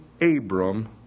Abram